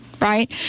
right